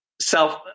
Self